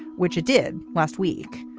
which it did last week.